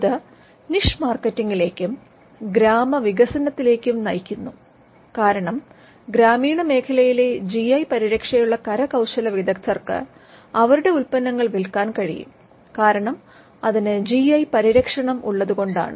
ഇത് നിഷ് മാർക്കറ്റിങ്ങിലേക്കും ഗ്രാമവികസനത്തിലേക്കും നയിക്കുന്നു കാരണം ഗ്രാമീണ മേഖലയിലെ ജി ഐ പരിരക്ഷയുള്ള കരകൌശല വിദഗ്ധർക്ക് അവരുടെ ഉൽപ്പന്നങ്ങൾ വിൽക്കാൻ കഴിയും കാരണം അതിന് ജി ഐ പരിരക്ഷണം ഉള്ളത് കൊണ്ടാണ്